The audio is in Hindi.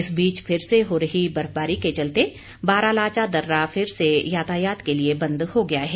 इस बीच फिर से हो रही बर्फवारी के चलते बारालाचा दर्रा फिर से यातायात के लिए बंद हो गया है